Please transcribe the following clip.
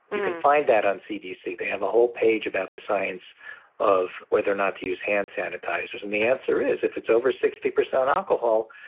you can find that on cdc. they have a whole page about the science of whether or not to use hand sanitizers. and the answer is, if it's over sixty percent alcohol,